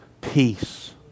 Peace